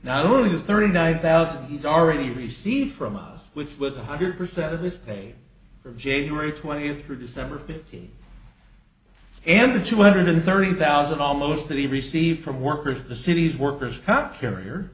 not only thirty nine thousand he's already received from us which was one hundred percent of his pay from january twentieth through december fifteenth and the two hundred thirty thousand almost that he received from workers the city's workers comp carrier